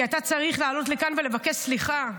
כי אתה צריך לעלות לכאן ולבקש סליחה,